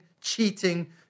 cheating